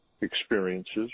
experiences